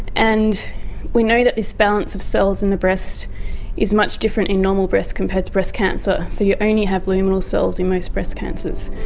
and we know that this balance of cells in the breast is much different in normal breast compared to breast cancer, so you only have luminal cells in most breast cancers,